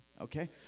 Okay